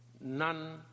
none